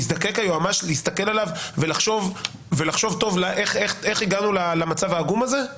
יזדקק היועמ"ש להסתכל עליו ולחשוב טוב איך הגענו למצב העגום הזה?